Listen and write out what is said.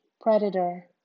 Predator